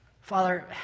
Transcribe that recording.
Father